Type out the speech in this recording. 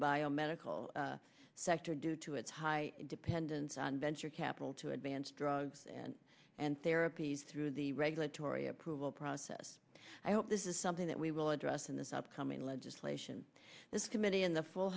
biomedical sector due to its high dependence on venture capital to advance drugs and therapies through the regulatory approval process i hope this is something that we will address in this upcoming legislation this committee in the full